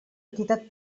entitat